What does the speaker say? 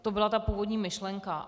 To byla ta původní myšlenka.